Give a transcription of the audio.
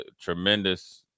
tremendous